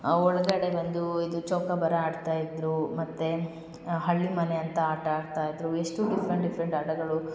ಒಳಗಡೆ ಬಂದು ಇದು ಚೌಕಬಾರ ಆಡ್ತಯಿದ್ದರು ಮತ್ತು ಹಳ್ಳಿಮನೆ ಅಂತ ಆಟ ಆಡ್ತಾಯಿದ್ದರು ಎಷ್ಟು ಡಿಫ್ರೆಂಟ್ ಡಿಫ್ರೆಂಟ್ ಆಟಗಳು